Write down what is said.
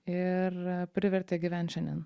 ir privertė gyvent šiandien